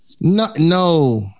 No